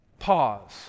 Pause